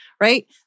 right